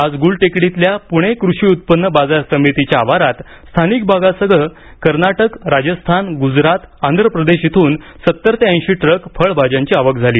आज गुलटेकडीतल्या पुणे कृषी उत्पन्न बाजार समितीच्या आवारात स्थानिक भागासह कर्नाटक राजस्थान गुजरात आंध्र प्रदेश येथून सत्तर ते ऐशी ट्रक फळभाज्यांची आवक झाली